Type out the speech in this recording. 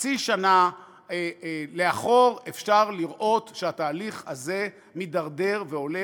חצי שנה לאחור אפשר לראות שהתהליך הזה מידרדר והולך,